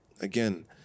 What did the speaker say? Again